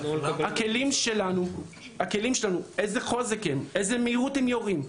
הכלים שלנו, איזה חוזק הם, באיזה מהירות הם יורים,